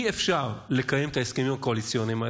אי-אפשר לקיים את ההסכמים הקואליציוניים,